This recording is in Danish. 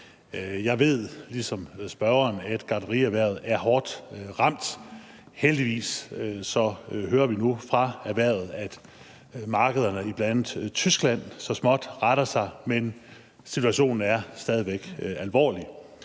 Jeg ved ligesom spørgeren, at gartnerierhvervet er hårdt ramt. Heldigvis hører vi nu fra erhvervet, at markederne i bl.a. Tyskland så småt retter sig, men situationen er stadig væk alvorlig.